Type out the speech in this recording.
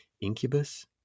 incubus